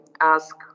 ask